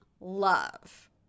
love